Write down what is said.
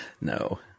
No